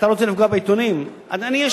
אתה רוצה לפגוע בעיתונים?